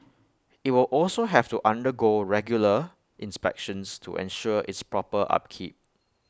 IT will also have to undergo regular inspections to ensure its proper upkeep